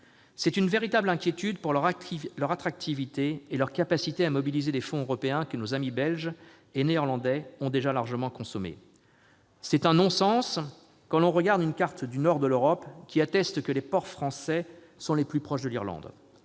C'est une véritable inquiétude pour leur attractivité et leur capacité à mobiliser des fonds européens, que nos amis belges et néerlandais ont déjà largement consommés. C'est un non-sens quand on regarde une carte du nord de l'Europe, attestant que les ports français sont plus proches de l'Irlande.